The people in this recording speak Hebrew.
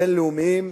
בין-לאומיים,